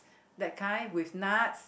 that kind with nuts